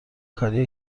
کاریه